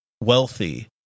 wealthy